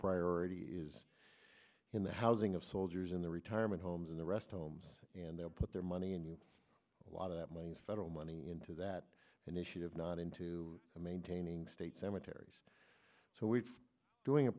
priority is in the housing of soldiers in their retirement homes in the rest homes and they'll put their money and you a lot of that money federal money into that initiative not into maintaining state cemeteries so we've doing a